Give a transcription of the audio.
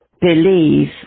believe